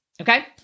Okay